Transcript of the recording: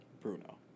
Bruno